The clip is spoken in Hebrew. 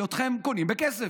כי אתכם קונים בכסף,